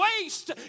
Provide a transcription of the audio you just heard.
waste